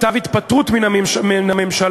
כתב התפטרות מהממשלה,